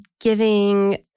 giving